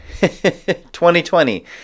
2020